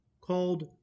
called